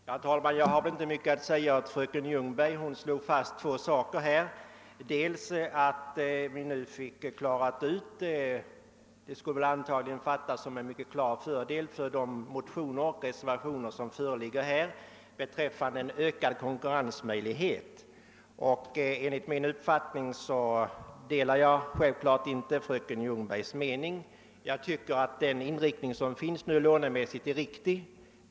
Herr talman! Jag har inte mycket att säga till fröken Ljungberg. Hon slog fast två saker. Vad hon sade skulle väl fattas som ett klart förord för de motioner och reservationer som föreligger. Självfallet delar jag inte fröken Ljungbergs uppfattning. Jag anser att den lånemässiga inriktning som nu förekommer är riktig.